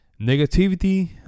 Negativity